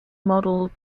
modelled